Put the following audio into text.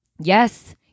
yes